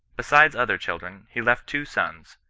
besides other children, he left two sons,